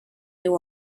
new